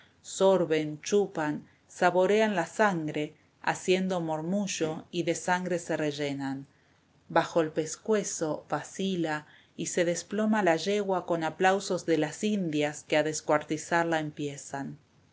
sorben chupan saborean la sangre haciendo mormullo y de sangre se rellenan baja el pescuezo vacila y se desploma la yegua con aplauso de las indias que a descuartizarla empiezan